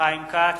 חיים כץ,